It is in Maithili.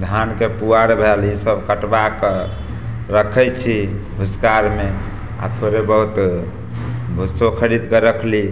धानके पुआर भेल ईसब कटबाकऽ रखै छी भुसखारमे आओर थोड़े बहुत भुस्सो खरिदकऽ रखली